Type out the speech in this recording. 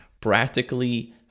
practically